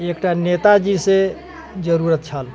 एकटा नेताजीसँ जरूरत छल